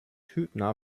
hübner